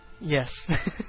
Yes